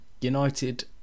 United